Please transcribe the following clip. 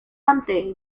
ante